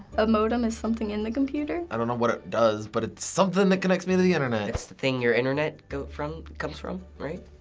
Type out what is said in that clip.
a modem is something in the computer? i don't know what it does, but it's something that connects me to the internet! it's the thing your internet goes from, comes from, right?